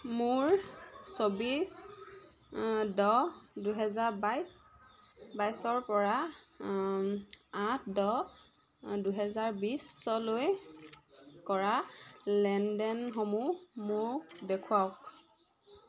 মোৰ চৌবিছ দহ দুহেজাৰ বাইছ বাইছৰ পৰা আঠ দহ দুহেজাৰ বিছলৈ কৰা লেনদেনসমূহ মোক দেখুৱাওক